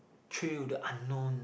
through the unknown